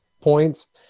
points